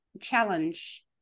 challenge